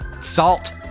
Salt